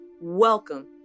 Welcome